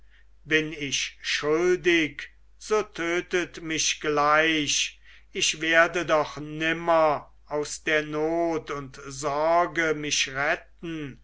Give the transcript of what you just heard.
bin ich schuldig so tötet mich gleich ich werde doch nimmer aus der not und sorge mich retten